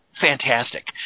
fantastic